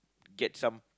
get some